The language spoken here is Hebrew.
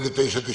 97,